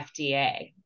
FDA